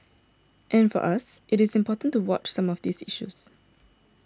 and for us it is important to watch some of these issues